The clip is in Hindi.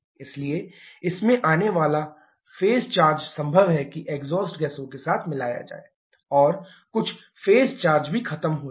इसलिए इसमें आने वाला फेज चार्ज संभव है कि एग्जॉस्ट गैसों के साथ मिलाया जाए और कुछ फेज चार्ज भी खत्म हो जाएं